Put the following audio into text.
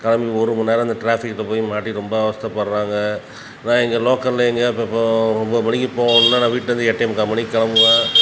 கிளம்பி ஒருமணி நேரம் அந்த ட்ராஃபிக்கில் போய் மாட்டிக்கிட்டு ரொம்ப அவஸ்த்தைப்பட்றாங்க நான் இங்கே லோக்கலில் எங்கேயா இப்போ இப்போ ஒரு ஒம்போது மணிக்கு போகணும்ன்னா நான் வீட்டிலேருந்து எட்டே முக்கால் மணிக்கு கிளம்புவேன்